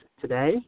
today